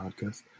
podcast